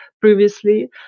previously